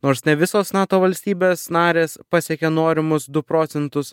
nors ne visos nato valstybės narės pasiekė norimus du procentus